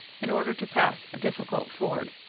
in order to pass a difficult ford,